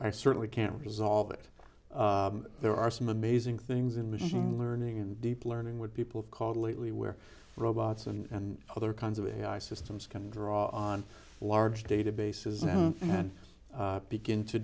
i certainly can't resolve it there are some amazing things in machine learning and deep learning would people have called lately where robots and other kinds of ai systems can draw on large databases and begin to